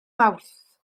mawrth